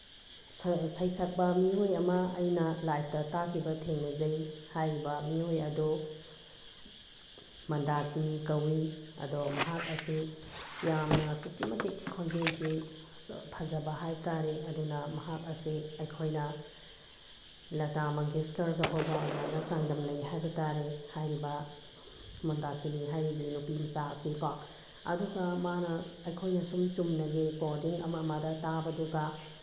ꯁꯩꯁꯛꯄ ꯃꯤꯑꯣꯏ ꯑꯃ ꯑꯩꯅ ꯂꯥꯏꯞꯇ ꯇꯥꯈꯤꯕ ꯊꯦꯡꯅꯖꯩ ꯍꯥꯏꯔꯤꯕ ꯃꯤꯑꯣꯏ ꯑꯗꯨ ꯃꯟꯗꯥꯀꯤꯅꯤ ꯀꯧꯏ ꯑꯗꯣ ꯃꯍꯥꯛ ꯑꯁꯤ ꯌꯥꯝꯅ ꯑꯁꯨꯛꯀꯤ ꯃꯇꯤꯛ ꯈꯣꯟꯖꯦꯜꯁꯤ ꯐꯖꯕ ꯍꯥꯏꯕ ꯇꯥꯔꯦ ꯑꯗꯨꯅ ꯃꯍꯥꯛ ꯑꯁꯤ ꯑꯩꯈꯣꯏꯅ ꯂꯇꯥ ꯃꯪꯒꯦꯁꯀꯔꯒꯐꯥꯎꯕ ꯑꯗꯨꯃꯥꯏꯅ ꯆꯥꯡꯗꯝꯅꯩ ꯍꯥꯏꯕ ꯇꯥꯔꯦ ꯍꯥꯏꯔꯤꯕ ꯃꯟꯗꯥꯀꯤꯅꯤ ꯍꯥꯏꯔꯤꯕꯤ ꯅꯨꯄꯤ ꯃꯆꯥ ꯑꯁꯤ ꯀꯣ ꯑꯗꯨꯒ ꯃꯥꯅ ꯑꯩꯈꯣꯏꯅ ꯁꯨꯝ ꯆꯨꯝꯅꯒꯤ ꯔꯦꯀꯣꯔꯗꯤꯡ ꯑꯃ ꯑꯃꯗ ꯇꯥꯕꯗꯨꯒ